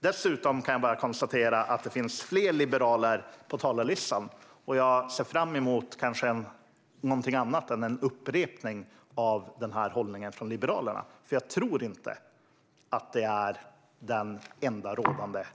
Jag kan bara konstatera att det finns fler liberaler på talarlistan och att jag ser fram emot att kanske få höra något annat än en upprepning av den här hållningen från Liberalerna. Jag tror nämligen inte att det är den enda rådande linjen.